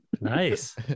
nice